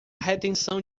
retenção